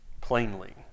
plainly